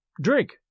Drink